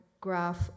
graph